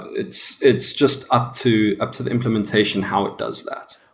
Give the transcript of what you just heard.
it's it's just up to up to the implementation how it does that.